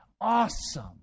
awesome